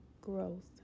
growth